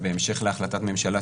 והמשך להחלטת הממשלה,